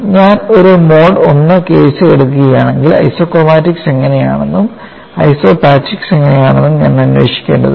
ഞാൻ ഒരു mode I case എടുക്കുകയാണെങ്കിൽ ഐസോക്രോമാറ്റിക്സ് എങ്ങനെയാണെന്നും ഐസോപാച്ചിക്സ് എങ്ങനെയാണെന്നും ഞാൻ അന്വേഷിക്കേണ്ടതുണ്ട്